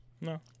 No